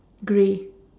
grey